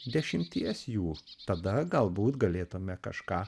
dešimties jų tada galbūt galėtume kažką